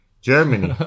Germany